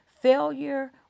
Failure